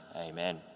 Amen